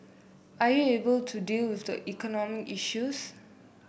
are you able to deal with the economic issues